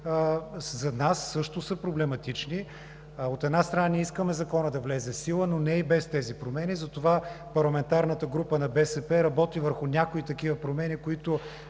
за нас също са проблематични. От една страна, ние искаме Законът да влезе в сила, но не и без тези промени, затова парламентарната група на БСП работи върху някои такива промени, които